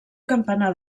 campanar